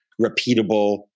repeatable